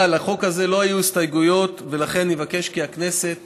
לחוק הזה לא היו הסתייגויות, ולכן אבקש כי הכנסת